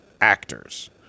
actors